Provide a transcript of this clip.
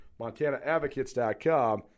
MontanaAdvocates.com